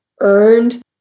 earned